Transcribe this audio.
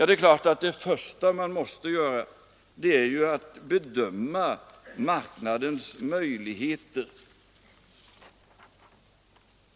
Det är klart att det första man måste göra är att bedöma marknadens möjligheter.